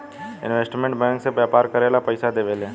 investment bank से व्यापार करेला पइसा देवेले